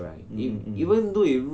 hmm hmm hmm